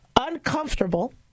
uncomfortable